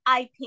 IP